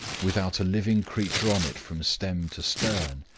without a living creature on it from stem to stern,